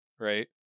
Right